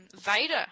Vader